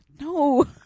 No